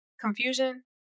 Confusion